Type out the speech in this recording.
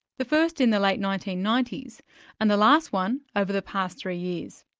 the first in the late nineteen ninety s and the last one over the past three years.